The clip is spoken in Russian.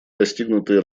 достигнутые